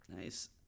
Nice